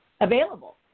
available